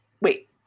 Wait